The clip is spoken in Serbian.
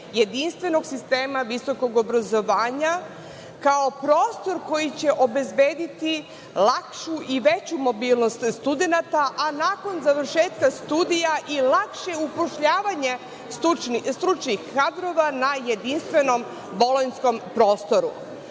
jedinstvenog sistema visokog obrazovanja, kao prostor koji će obezbediti lakšu i veću mobilnost studenata, a nakon završetka studija i lakše zapošljavanje stručnih kadrova na jedinstvenom bolonjskom prostoru. Naravno,